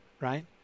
right